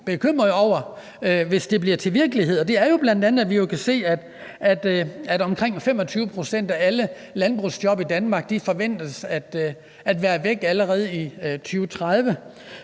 bekymrede over bliver til virkelighed. Det handler bl.a. om, at vi kan se, at omkring 25 pct. af alle landbrugsjob i Danmark forventes at være væk allerede i 2030,